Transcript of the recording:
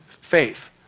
faith